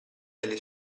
delle